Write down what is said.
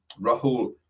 Rahul